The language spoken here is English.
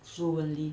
fluently